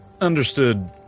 understood